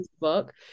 book